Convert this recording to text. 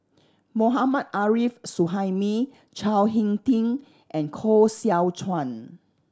Mohammad Arif Suhaimi Chao Hick Tin and Koh Seow Chuan